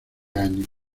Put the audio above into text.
año